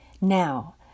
Now